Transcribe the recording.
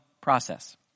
process